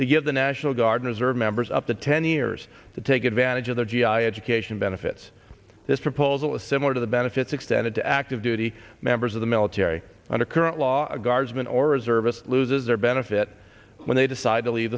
to give the national guard and reserve members up to ten years the take advantage of the g i education benefits this proposal is similar to the benefits extended to active duty members of the military under current law guardsmen or reservists loses their benefit when they decide to leave